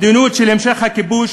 מדיניות של המשך הכיבוש,